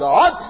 God